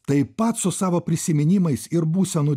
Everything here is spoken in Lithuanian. taip pat su savo prisiminimais ir būsenų